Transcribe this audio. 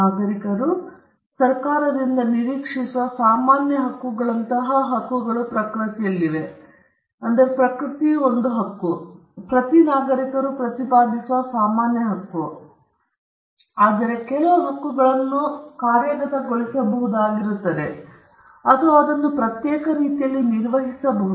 ನಾಗರಿಕರು ಸರ್ಕಾರದಿಂದ ನಿರೀಕ್ಷಿಸುವ ಸಾಮಾನ್ಯ ಹಕ್ಕುಗಳಂತಹ ಹಕ್ಕುಗಳು ಪ್ರಕೃತಿಯಿರಲಿ ಪ್ರತಿ ನಾಗರಿಕರು ಪ್ರತಿಪಾದಿಸುವ ಸಾಮಾನ್ಯ ಹಕ್ಕು ಕಾನೂನು ಹಕ್ಕು ಪ್ರತಿ ನಾಗರಿಕರು ಪಡೆಯುತ್ತಾರೆ ಆದರೆ ಕೆಲವು ಹಕ್ಕುಗಳನ್ನು ಕಾರ್ಯಗತಗೊಳಿಸಬಹುದಾಗಿರುತ್ತದೆ ಅಥವಾ ಅದನ್ನು ಪ್ರತ್ಯೇಕ ರೀತಿಯಲ್ಲಿ ನಿರ್ವಹಿಸಬಹುದು